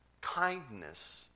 Kindness